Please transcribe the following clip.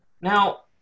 Now